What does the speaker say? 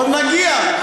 עוד נגיע.